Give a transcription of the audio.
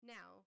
Now